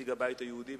נציג הבית היהודי.